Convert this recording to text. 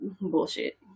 bullshit